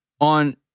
On